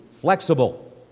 flexible